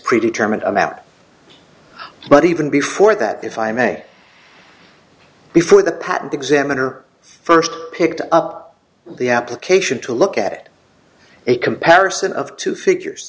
pre determined about but even before that if i may before the patent examiner first picked up the application to look at a comparison of two figures